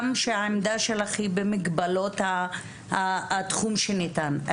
אנחנו יודעים גם שהעמדה שלך היא במגבלות המרווח שניתן לך.